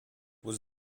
was